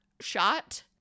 shot